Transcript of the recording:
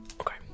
Okay